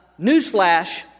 Newsflash